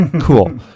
cool